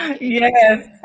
yes